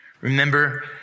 Remember